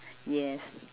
yes